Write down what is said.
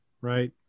Right